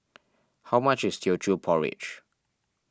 how much is Teochew Porridge